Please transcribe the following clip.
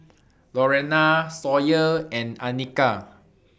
Lorena Sawyer and Annika